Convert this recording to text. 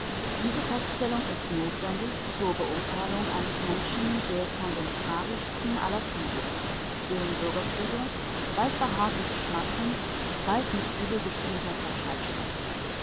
diese feststellung ist notwendig zur beurteilung eines menschen der von dem tragischsten aller kriege dem bürgerkriege bald behaglich schmatzend bald mit übel gespielter forschheit spricht